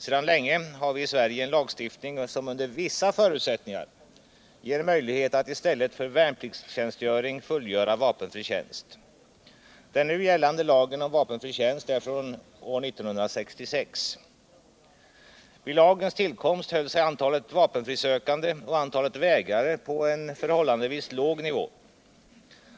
Sedan länge har vi i Sverige en lagstiftning som under vissa förutsättningar ger möjlighet att i stället för värnpliktstjänstgöring fullgöra vapenfri tjänst. Den nu gällande lagen om vapenfri tjänst är från år 1966. Vid lagens tillkomst höll sig antalet vapenfrisökande och antalet vägrare på en förhållandevis låg nivå.